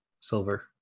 silver